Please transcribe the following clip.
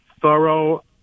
thorough